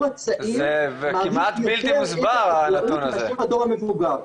הצעיר מעדיף את החקלאות יותר מאשר הדור המבוגר.